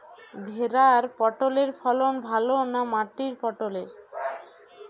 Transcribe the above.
ভেরার পটলের ফলন ভালো না মাটির পটলের?